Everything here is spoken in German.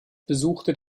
besuchte